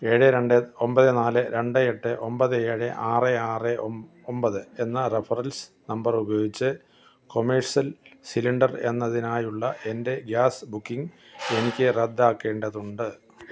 ഏഴ് രണ്ട് ഒൻപത് നാല് രണ്ട് എട്ട് ഒൻപത് ഏഴ് ആറ് ആറ് ഒൻപത് എന്ന റെഫറൻസ് നമ്പർ ഉപയോഗിച്ച് കൊമേർഷ്യൽ സിലിണ്ടർ എന്നതിനായുള്ള എൻ്റെ ഗ്യാസ് ബുക്കിംഗ് എനിക്ക് റദ്ദാക്കേണ്ടതുണ്ട്